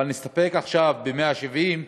אבל נסתפק עכשיו ב-170,